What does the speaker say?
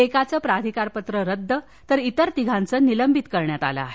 एकाचं प्राधिकारपत्र रद्द तर इतर तिघांचं निलंबित केलं आहे